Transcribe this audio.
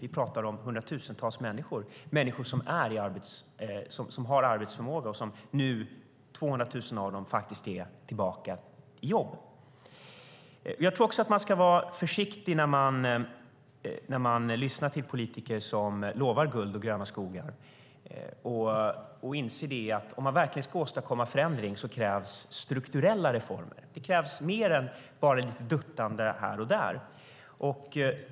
Det handlar om hundratusentals människor som har arbetsförmåga. Av dem är 200 000 nu tillbaka i jobb. Man ska vara försiktig när man lyssnar till politiker som lovar guld och gröna skogar och inse att om man verkligen ska åstadkomma förändring krävs strukturella reformer. Det krävs mer än bara ett duttande här och där.